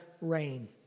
rain